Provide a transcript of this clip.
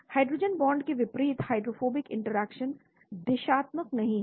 hydrogen bond के विपरीत hydrophobic interaction दिशात्मक नहीं हैं